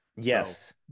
Yes